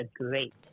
great